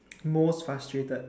most frustrated